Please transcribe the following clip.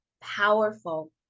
powerful